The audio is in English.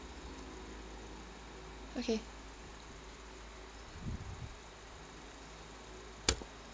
okay